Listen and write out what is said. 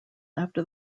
after